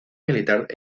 militar